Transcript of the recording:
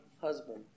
husband